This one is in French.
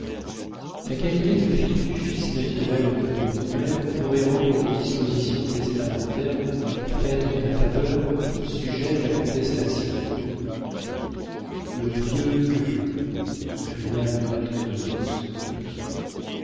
ta qualité de fille du fils naturel de mon beau-père pourrait rendre des dispositions testamentaires faites en ta faveur sujettes à contestation le vieux gueux cria le maître de poste